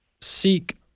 seek